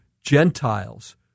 Gentiles